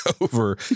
over